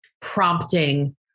prompting